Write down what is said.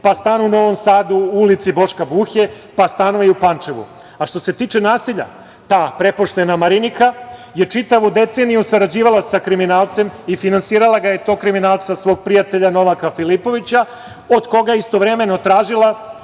pa stan u Novom Sadu u ulici Boška Buhe, pa stanovi u Pančevu. Što se tiče nasilja? Ta prepoštena Marinika je čitavu deceniju sarađivala sa kriminalcem i finansirala je tog kriminalca, svog prijatelja Novaka Filipovića, od koga je istovremeno tražila,